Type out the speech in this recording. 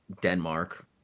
Denmark